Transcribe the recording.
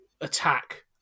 attack